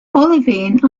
olivine